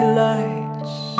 lights